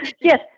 yes